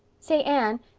say, anne,